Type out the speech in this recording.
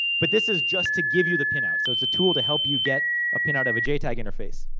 but, this is just to give you the pin-out. so, it's a tool to help you get a pin-out of a jtag interface.